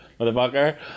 motherfucker